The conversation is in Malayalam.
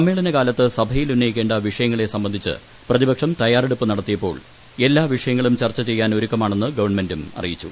സമ്മേളനകാലത്ത് സഭയിൽ ഉന്നയിക്കേണ്ട വിഷയങ്ങെ സംബന്ധിച്ച് പ്രതിപക്ഷം തയ്യാറെടുപ്പ് നടത്തിയപ്പോൾ എല്ലാ വിഷയങ്ങളും ചർച്ച ചെയ്യാൻ ഒരുക്കമാണെന്ന് ഗവൺമെന്റും അറിയിച്ചു